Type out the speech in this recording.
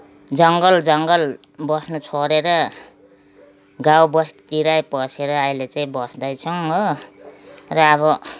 जङ्गल जङ्गल बस्न छोडेर गाउँ बस्तीतिरै पसेर अहिले चाहिँ बस्दै छौँ हो र अब